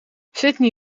sydney